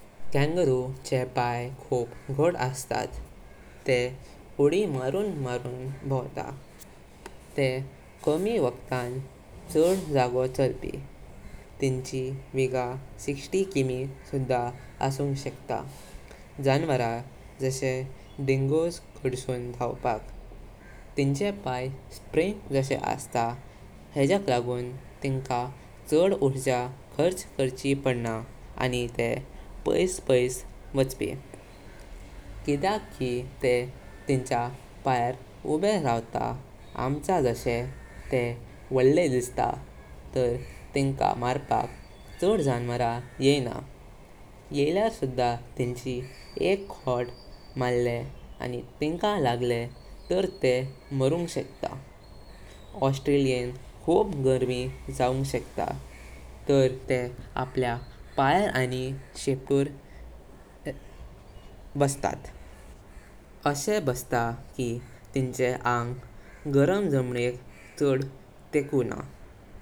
कांगारूचे पाय खूप मोठे असतात। ते उडी मारून मारून भाकरितात। ते कमी वटाणां चढ़ जागो चालती। त्यांचं वेग साठ कि.मी.कुड़कडा आशुंग शकता, जणवरा जशे डिंगोज काड्सून धावपक। त्यांचं पाय स्प्रिंग जशे असता हेझक लागून तिनका चढ़ ऊर्जा खर्च काढची पाडना आणि ते पाइस पाइस वाचपी। किडक की ते तिनाचा पायार उडे रहवता आमचा झाडे, तेव्हा वडले दिसता तर तिक्का मारपक चढ़ जनवरा येणा। येईल्यार सुद्धा तिनचानी एक खोट मारले आणि तिनका लागले ते मारुंग शकता भी। ऑस्ट्रेलियन खूप गर्मी ज़वुंग शकता, तर ते पल्य पायार आणि शेप्टीर घेऊन बसता। आशे बसता की तिनचे अंग गरम ज़ामणे चढ़ ते कुणा।